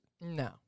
No